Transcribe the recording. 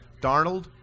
Darnold